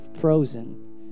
frozen